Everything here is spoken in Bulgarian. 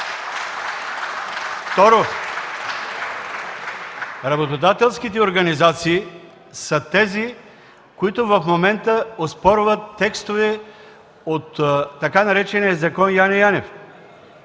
Второ, работодателските организации са тези, които в момента оспорват текстове от така наречения „Закон Яне Янев”.